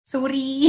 Sorry